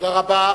תודה רבה.